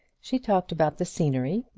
she talked about the scenery,